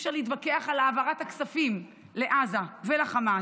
אי-אפשר להתווכח על העברת הכספים לעזה ולחמאס,